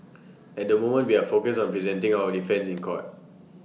at the moment we are focused on presenting our defence in court